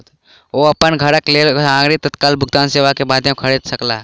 ओ अपन घरक लेल सामग्री तत्काल भुगतान सेवा के माध्यम खरीद सकला